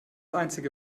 einzige